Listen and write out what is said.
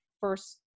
first